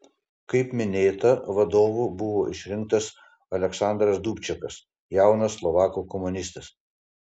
kaip minėta vadovu buvo išrinktas aleksandras dubčekas jaunas slovakų komunistas